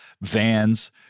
vans